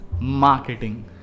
marketing